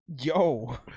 Yo